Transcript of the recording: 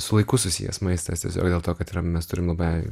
su laiku susijęs maistas tiesiog dėl to kad yra mes turim labai